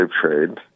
trade